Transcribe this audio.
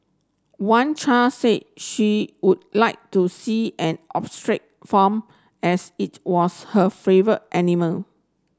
one child said she would like to see an farm as it was her favour animal